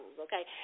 Okay